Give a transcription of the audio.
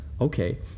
okay